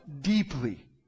deeply